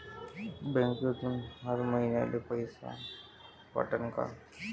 बँकेतून हर महिन्याले पैसा कटन का?